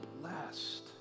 blessed